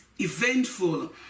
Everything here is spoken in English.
eventful